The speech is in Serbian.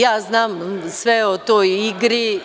Ja znam sve o toj igri.